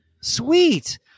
Sweet